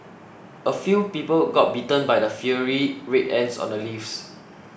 a few people got bitten by the fiery Red Ants on the leaves